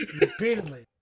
repeatedly